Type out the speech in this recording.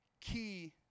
key